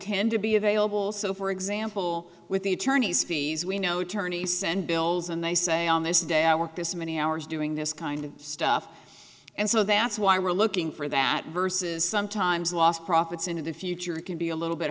tend to be available so for example with the attorneys fees we know attorneys send bills and they say on this day i work this many hours doing this kind of stuff and so that's why we're looking for that versus sometimes lost profits in the future can be a little bit